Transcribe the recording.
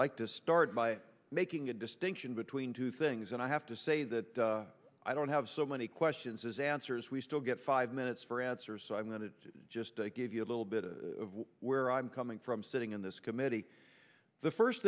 like to start by making a distinction between two things and i have to say that i don't have so many questions as answers we still get five minutes for answers so i'm going to just give you a little bit of where i'm coming from sitting in this committee the first